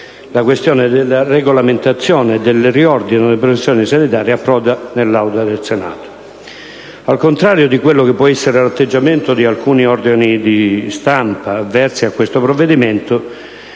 la questione della regolamentazione e del riordino delle professioni sanitarie approda nell'Aula del Senato. Al contrario di quello che può essere l'atteggiamento di alcuni organi di stampa, avversi a questo provvedimento,